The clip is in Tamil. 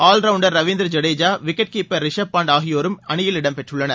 ஆல்வுண்டர் ரவீந்திர ஜடேஜா விக்கெட் கீப்பர் ரிஷப் பண்ட் ஆகியோரும் அணியில் இடம்பெற்றுள்ளனர்